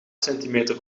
centimeter